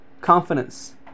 confidence